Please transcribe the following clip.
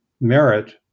merit